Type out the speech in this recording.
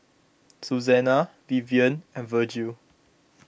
Suzanna Vivian and Vergil